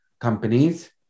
companies